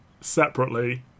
separately